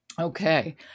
okay